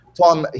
Tom